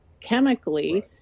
chemically